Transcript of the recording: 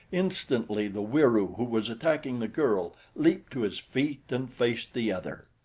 instantly the wieroo who was attacking the girl leaped to his feet and faced the other.